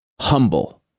humble